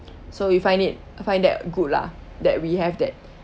so you find it find that good lah that we have that